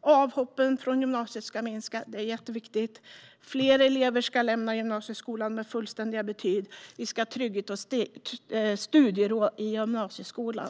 Avhoppen från gymnasiet ska minska - det är jätteviktigt. Fler elever ska lämna gymnasieskolan med fullständiga betyg. Vi ska ha trygghet och studiero i gymnasieskolan.